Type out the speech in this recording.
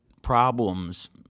Problems